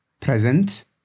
Present